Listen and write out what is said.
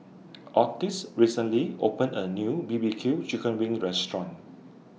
Ottis recently opened A New B B Q Chicken Wings Restaurant